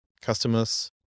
customers